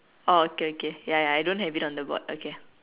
orh okay okay ya ya I don't have it on the board okay